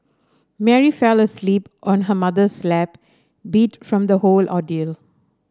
Mary fell asleep on her mother's lap beat from the whole ordeal